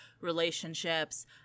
relationships